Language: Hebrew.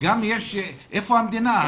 איפה המדינה?